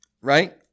right